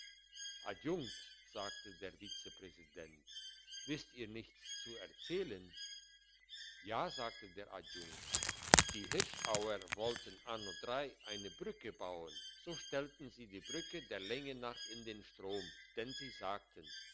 adjunkt sagte der vizepräsident wisst ihr nichts zu erzählen ja sagte der adjunkt die hirschauer wollten anno eine brücke bauen so stellten sie die brücke der länge nach in den strom denn sie sagten